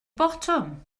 botwm